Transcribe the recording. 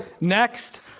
Next